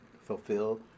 fulfill